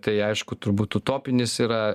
tai aišku turbūt utopinis yra